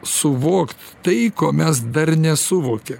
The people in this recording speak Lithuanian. suvokt tai ko mes dar nesuvokę